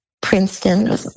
Princeton